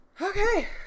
Okay